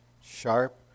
sharp